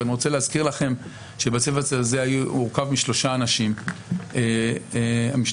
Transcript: אבל אני רוצה להזכיר לכם שהצוות הזה הורכב משלושה אנשים: המשנה